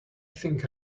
think